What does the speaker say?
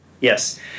Yes